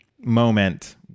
moment